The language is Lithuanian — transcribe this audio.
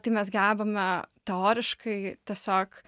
tai mes gebame teoriškai tiesiog